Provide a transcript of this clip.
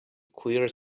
queer